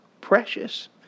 precious